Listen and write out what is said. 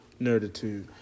Nerditude